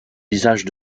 visage